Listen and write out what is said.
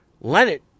Leonard